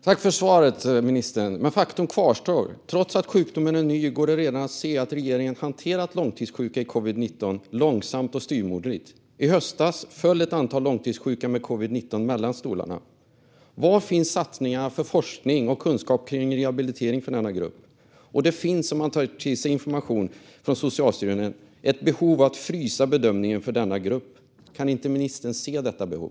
Fru talman! Tack, ministern, för svaret! Men faktum kvarstår: Trots att sjukdomen är ny går det redan att se att regeringen hanterat långtidssjuka i covid-19 långsamt och styvmoderligt. I höstas föll ett antal långtidssjuka med covid-19 mellan stolarna. Var finns satsningarna för forskning och kunskap om rehabilitering för denna grupp? Det finns, om man tar till sig information från Socialstyrelsen, ett behov av att frysa bedömningen för denna grupp. Kan inte ministern se detta behov?